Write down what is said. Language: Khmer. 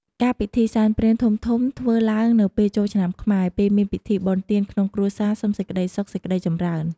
ការពិធីសែនព្រេនធំៗធ្វើឡើងនៅពេលចូលឆ្នាំខ្មែរ ពេលមានពិធីបុណ្យទានក្នុងគ្រួសារសុំសេចក្តីសុខសេចក្តីចម្រើន។